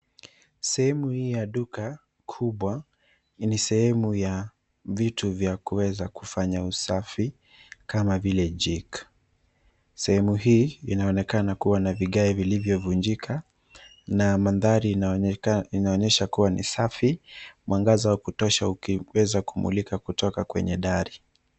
Sehemu hii ya duka kubwa ni sehemu ya vitu vya kuweza kufanya usafi kama vile jik . Sehemu hii inaonekana kuwa na vigae vilivyovunjika na mandhari inaoneka inaonyesha kuwa ni safi, mwangaza wa kutosha ukiweza kumulika kutoka kwenye dari.